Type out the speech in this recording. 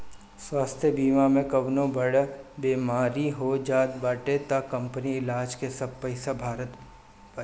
स्वास्थ्य बीमा में कवनो बड़ बेमारी हो जात बाटे तअ कंपनी इलाज के सब पईसा भारत बिया